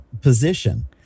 position